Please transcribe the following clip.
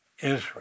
Israel